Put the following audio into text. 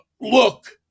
look